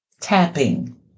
tapping